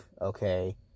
okay